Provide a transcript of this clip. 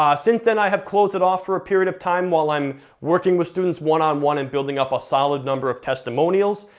um since then i have closed it off for a period of time while i'm working with students one on one and building up a solid number of testimonials,